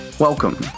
Welcome